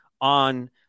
on